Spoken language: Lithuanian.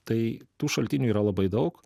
tai tų šaltinių yra labai daug